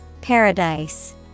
Paradise